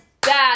bad